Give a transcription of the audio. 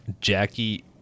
Jackie